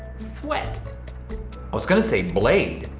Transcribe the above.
sweat. i was going to say blade.